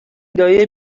دایی